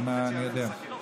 אני יודע.